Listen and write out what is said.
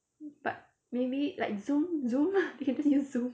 but maybe like zoom zoom they can just use zoom